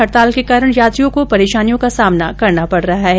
हड़ताल के कारण यात्रियों को परेशानियों का सामना करना पड़ रहा है